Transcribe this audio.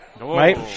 Right